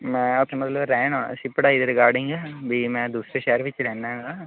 ਮੈਂ ਉੱਥੇ ਮਤਲਬ ਰਹਿਣ ਆਉਣਾ ਸੀ ਪੜ੍ਹਾਈ ਦੇ ਰਿਗਾਰਡਿੰਗ ਵੀ ਮੈਂ ਦੂਸਰੇ ਸ਼ਹਿਰ ਵਿੱਚ ਰਹਿੰਦਾ ਗਾ